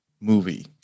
movie